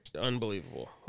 unbelievable